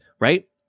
right